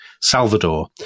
Salvador